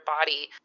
body